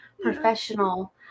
professional